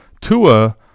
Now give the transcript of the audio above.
tua